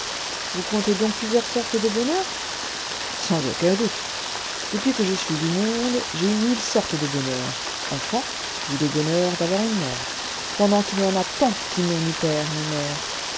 vous comptez donc plusieurs sortes de bonheurs sans aucun doute depuis que je suis du monde j'ai eu mille sortes de bonheurs enfant j'ai eu le bonheur d'avoir une mère pendant qu'il y en a tant qui n'ont ni père ni mère